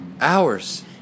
Hours